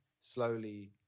slowly